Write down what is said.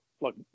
look